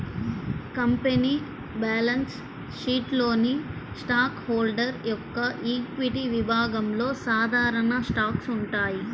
company balance షీట్లోని stock holder యొక్క equity విభాగంలో సాధారణ స్టాక్స్ ఉంటాయి